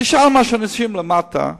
תשאל מה אנשים למטה אומרים.